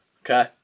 Okay